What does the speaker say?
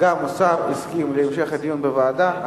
גם השר הסכים להמשך הדיון בוועדה.